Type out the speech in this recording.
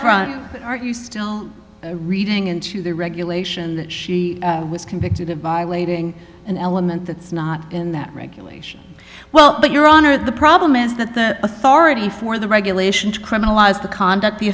front are you still reading into the regulation that she was convicted of violating an element that's not in that regulation well but your honor the problem is that the authority for the regulation to criminalize the conduct the